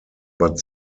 but